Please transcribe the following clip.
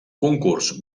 concurs